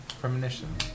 Premonition